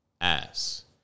ass